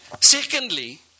Secondly